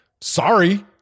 sorry